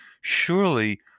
surely